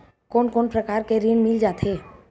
कोन कोन प्रकार के ऋण मिल जाथे?